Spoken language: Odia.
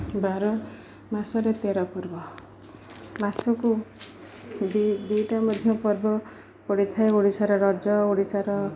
ବାର ମାସରେ ତେର ପର୍ବ ମାସକୁ ଦୁଇ ଦୁଇଟା ମଧ୍ୟ ପର୍ବ ପଡ଼ିଥାଏ ଓଡ଼ିଶାର ରଜ ଓଡ଼ିଶାର